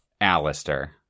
Alistair